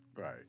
Right